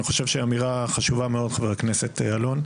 אני חושב שזו אמירה חשובה מאוד, חבר הכנסת אלון.